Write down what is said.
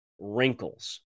wrinkles